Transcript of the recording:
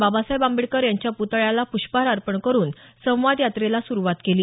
बाबासाहेब आंबेडकर यांच्या प्तळ्याला प्ष्पहार अर्पण करुन संवाद यात्रेला सुरुवात केली